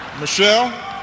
Michelle